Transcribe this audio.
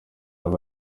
aba